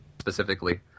specifically